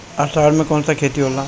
अषाढ़ मे कौन सा खेती होला?